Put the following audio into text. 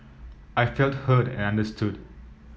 I felt heard and understood